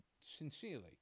sincerely